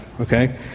Okay